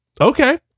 Okay